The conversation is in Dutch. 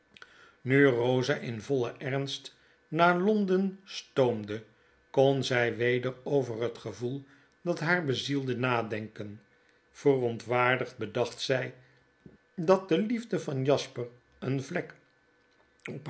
nu rosa in vollen ernst naar londen stoomde kon zij weder over het gevoel dat haar bezielde nadenken verontwaardigd bedacht zij dat de liefde van jasper een vlek